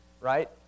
right